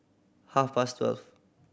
half past twelve